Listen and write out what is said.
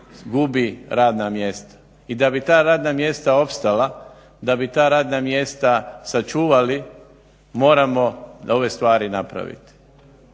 gubi radna mjesta. I da bi ta radna mjesta opstala, da bi ta radna mjesta sačuvali moramo nove stvari napraviti.